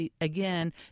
again